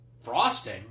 Frosting